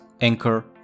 Anchor